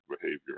behavior